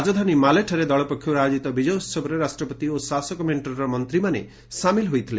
ରାଜଧାନୀ ମାଲେଠାରେ ଦଳ ପକ୍ଷରୁ ଆୟୋଜିତ ବିଜୟ ଉତ୍ସବରେ ରାଷ୍ଟ୍ରପତି ଓ ଶାସକ ମେଣ୍ଟର ମନ୍ତ୍ରୀମାନେ ସାମିଲ ହୋଇଥିଲେ